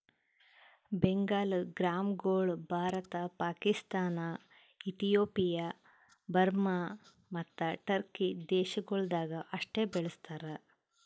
ಬೆಂಗಾಲ್ ಗ್ರಾಂಗೊಳ್ Bharat, Pakistan, Ethiopia, Burma ಮತ್ತ Turkey ದೇಶಗೊಳ್ದಾಗ್ ಅಷ್ಟೆ ಬೆಳುಸ್ತಾರ್